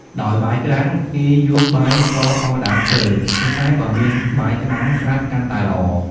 ដោយបាយក្តាំង គេយកបាយសធម្មតាធ្វើ ប៉ុន្តែបើមានបាយក្តាំងស្រាប់កាន់ល្អ។